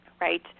Right